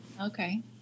Okay